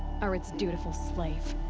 are its dutiful slave.